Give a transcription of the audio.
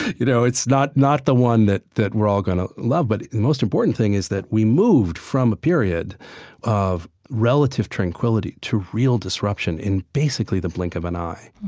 you know, it's not not the one that that we're all going to love. but the most important thing is that we moved from a period of relative tranquility to real disruption in basically the blink of an eye.